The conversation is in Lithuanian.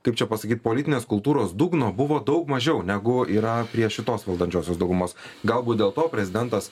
kaip čia pasakyt politinės kultūros dugno buvo daug mažiau negu yra prie šitos valdančiosios daugumos galbūt dėl to prezidentas